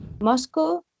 Moscow